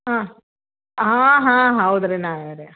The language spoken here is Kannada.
ಹಾಂ ಹಾಂ ಹಾಂ ಹೌದು ರೀ ನಾವೇ ರೀ